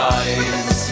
eyes